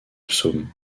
psaume